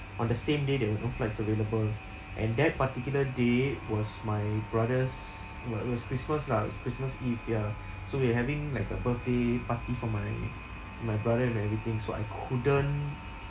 on the same day they were no flights available and that particular day was my brother's it wa~ it was christmas lah it was christmas eve ya so we are having like a birthday party for my my brother and everything so I couldn't